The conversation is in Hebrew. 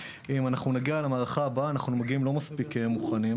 אם אנחנו נגיע למערכה הבאה לא נגיע אליה מספיק מוכנים.